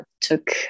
took